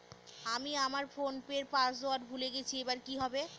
আমি আমার ফোনপের পাসওয়ার্ড ভুলে গেছি এবার কি হবে?